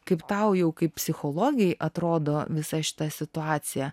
kaip tau jau kaip psichologei atrodo visa šita situacija